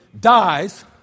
dies